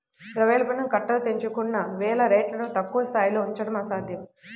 ద్రవ్యోల్బణం కట్టలు తెంచుకుంటున్న వేళ రేట్లను తక్కువ స్థాయిలో ఉంచడం అసాధ్యం